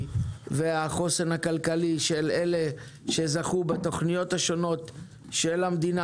והחוסן הכלכלי של אלה שזכו בתוכניות השונות של המדינה,